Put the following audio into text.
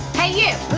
hey you!